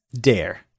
Dare